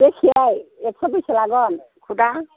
बेसेयाव एक्स'आव बेसे लागोन सुदआ